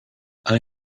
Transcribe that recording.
ale